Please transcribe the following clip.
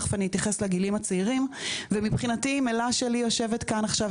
תכף אני אתייחס לגילאים הצעירים ואם אלה שלי יושבת כאן עכשיו,